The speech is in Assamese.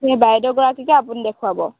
সেই বাইদেউ গৰাকীকে আপুনি দেখুৱাব